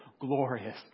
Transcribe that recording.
glorious